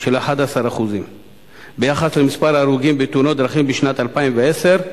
של 11% ביחס למספר ההרוגים בתאונות דרכים בשנת 2010,